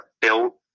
built